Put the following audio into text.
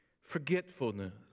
forgetfulness